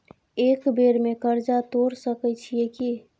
एक बेर में कर्जा तोर सके छियै की?